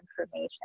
information